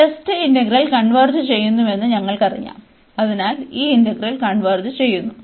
test integral converge ചെയ്യുന്നുവെന്ന് ഞങ്ങൾക്കറിയാം അതിനാൽ ഈ ഇന്റഗ്രൽ കൺവേർജ് ചെയ്യുന്നു